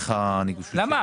רגע,